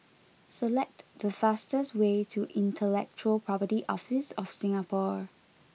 select the fastest way to Intellectual Property Office of Singapore